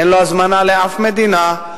אין לו הזמנה לאף מדינה,